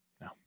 No